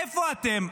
איפה אתם?